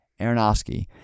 Aronofsky